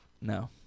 No